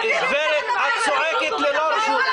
------ גברת, את צועקת ללא רשות.